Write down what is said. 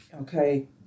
okay